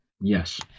Yes